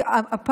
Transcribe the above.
להיות,